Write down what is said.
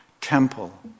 temple